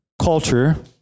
culture